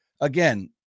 again